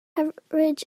encourage